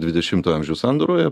dvidešimto amžių sandūroje